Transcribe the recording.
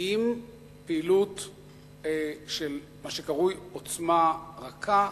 עם פעילות של מה שקרוי עוצמה רכה,